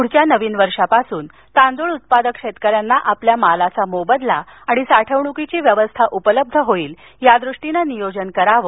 पुढील नवीन वर्षापासून तांदूळ उत्पादक शेतकऱ्यांना आपल्या मालाचा मोबदला आणि साठवणूकीची व्यवस्था उपलब्ध होईल यादृष्टीने नियोजन करावं